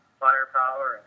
firepower